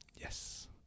yes